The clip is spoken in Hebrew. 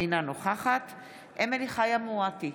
אינה נוכחת אמילי חיה מואטי,